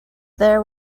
there